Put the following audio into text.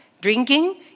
Drinking